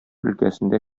өлкәсендә